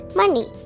money